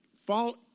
fall